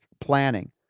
planning